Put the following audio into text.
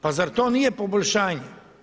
Pa zar to nije poboljšanje?